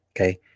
Okay